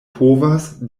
povas